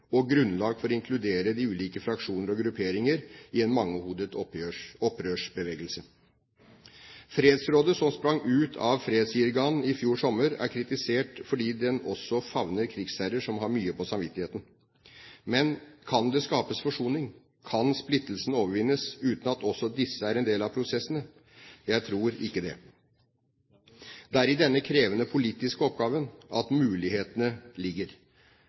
og grunnlag for å inkludere de ulike fraksjoner og grupperinger i en mangehodet opprørbevegelse. Fredsrådet som sprang ut av fredsjirgaen i fjor sommer, er kritisert fordi det også favner krigsherrer med mye på samvittigheten. Men kan det skapes forsoning? Kan splittelsene overvinnes, uten at også disse er en del av prosessene? Jeg tror ikke det. Det er i denne krevende politiske oppgaven at mulighetene ligger.